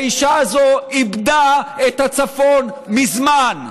האישה הזאת איבדה את הצפון מזמן.